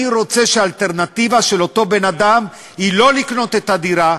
אני רוצה שהאלטרנטיבה של אותו בן-אדם תהיה לא לקנות את הדירה,